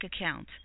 account